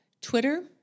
Twitter